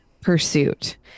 pursuit